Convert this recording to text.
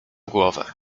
głowę